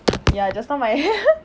ya just now my